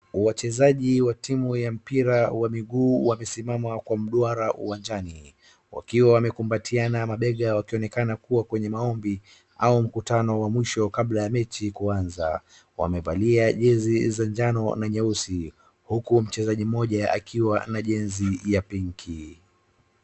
Wachezaji wa timu ya mpira wa miguu wamesimama kwa mduara uwanjani, wakiwa wamekumbatiana mabega wakionekana kuwa kwenye maombi au mkutano wa mwisho kabla ya mechi kuanza. Wamevalia jezi za jano na nyeusi, huku mchezaji mmoja akiwa na jenzi ya pinki.